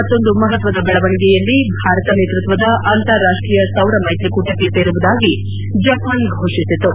ಮತ್ತೊಂದು ಮಹತ್ವದ ಬೆಳವಣಿಗೆಯಲ್ಲಿ ಭಾರತ ನೇತೃತ್ವದ ಅಂತಾರಾಷ್ಷೀಯ ಸೌರ ಮ್ನೆತ್ರಿಕೂಟಕ್ಕೆ ಸೇರುವುದಾಗಿ ಜಪಾನ್ ಘೋಷಿಸಿತು